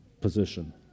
position